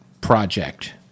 project